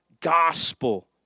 gospel